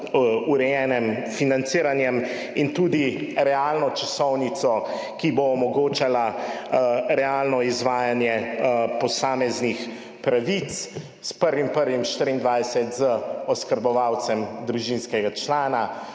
urejenim financiranjem in tudi realno časovnico, ki bo omogočala realno izvajanje posameznih pravic s 1. 1. 2024 z oskrbovalcem družinskega člana,